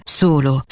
solo